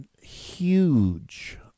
huge